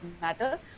matter